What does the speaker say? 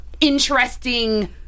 interesting